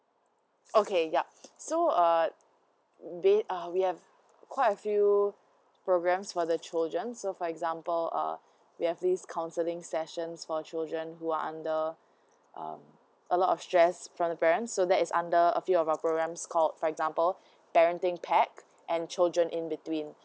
okay yup so uh we uh we have quite a few programs for the children so for example uh we have this counseling sessions for children who are under um a lot of stress from the parent so that is under a few of our programs called for example parenting pack and children in between